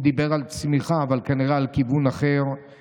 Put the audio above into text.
הוא דיבר על צמיחה, אבל כנראה על כיוון אחר.